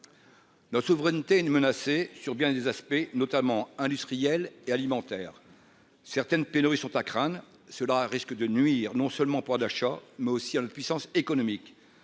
Nos souveraineté une menacé sur bien des aspects, notamment industriels et alimentaires certaines Pelo ils sont à Khan, cela risque de nuire non seulement pour d'achat mais aussi à la puissance économique,